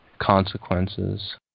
consequences